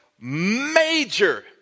major